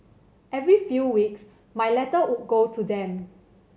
every few weeks my letter would go to them